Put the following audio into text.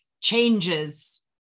changes